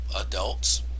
adults